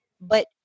but-